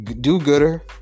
do-gooder